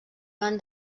van